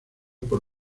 por